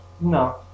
No